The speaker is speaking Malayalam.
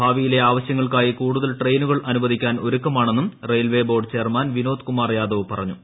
ഭാവിയിലെ ആവശ്യങ്ങൾക്കായി കൂടുതൽ ട്രെയിനുകൾ അനുവദിക്കാൻ ഒരുക്കമാണെന്നും railway board chairman Vinod Kumar Yadav പറഞ്ഞു